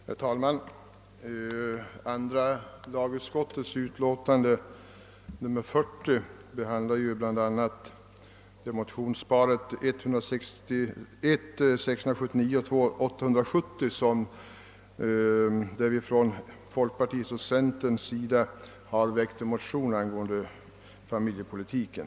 Herr talman! Andra lagutskottets utlåtande nr 40 behandlar bl.a. motionsparet I:679 och II:870 från folkpartiet och centerpartiet angående familjepolitiken.